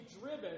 driven